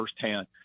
firsthand